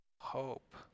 hope